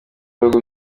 ibihugu